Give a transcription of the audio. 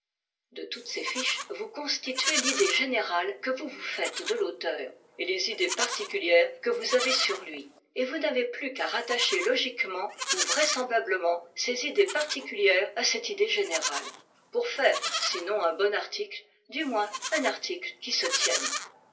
de toutes ces fiches vous constituez l'idée générale que vous vous faites de l'auteur et les idées particulières que vous avez sur lui et vous n'avez plus qu'à rattacher logiquement ou vraisemblablement ces idées particulières à cette idée générale pour faire sinon un bon article du moins un article qui se tienne